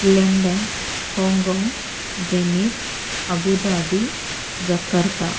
London Hong Kong Venice Abu Dhabi Jakarta